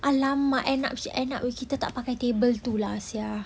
!alamak! end up end up we kita tak pakai table itu lah sia